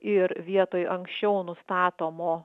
ir vietoj anksčiau nustatomo